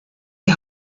die